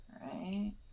right